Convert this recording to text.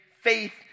Faith